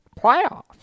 Playoffs